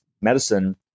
medicine